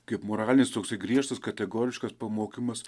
kaip moralinis toksai griežtas kategoriškas pamokymas